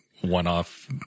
one-off